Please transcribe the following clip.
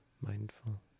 mindful